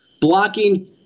blocking